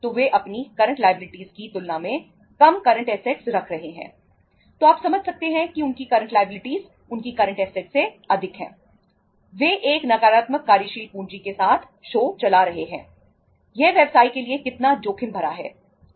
यह व्यवसाय के लिए कितना जोखिम भरा है